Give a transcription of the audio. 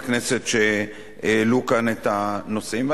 הכנסת שהעלו כאן את הנושאים צריכים להתחשב בהערות האלה,